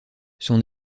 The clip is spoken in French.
son